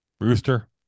Rooster